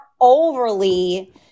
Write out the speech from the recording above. overly